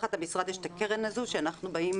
תחת המשרד יש את הקרן הזאת ואנחנו באים